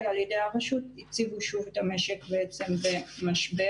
על ידי הרשות הציבו שוב את המשק בעצם במשבר.